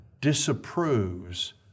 disapproves